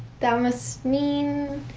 that must mean.